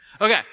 Okay